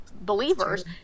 believers